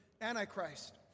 Antichrist